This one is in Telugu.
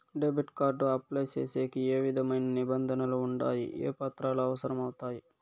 డెబిట్ కార్డు అప్లై సేసేకి ఏ విధమైన నిబంధనలు ఉండాయి? ఏ పత్రాలు అవసరం అవుతాయి?